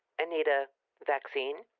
anita vaxeen.